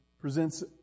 presents